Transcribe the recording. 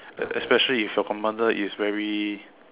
uh especially if your commander is very